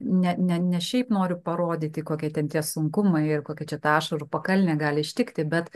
ne ne ne šiaip noriu parodyti kokie ten tie sunkumai ir kokia čia ašarų pakalnė gali ištikti bet